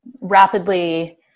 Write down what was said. rapidly